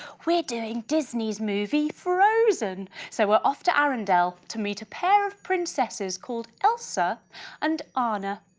we're doing disney's movie frozen, so we're off to arendelle! to meet a pair of princesses called elsa and anna.